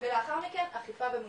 ולאחר מכן אכיפה ומודעות.